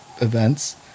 events